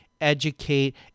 educate